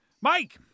Mike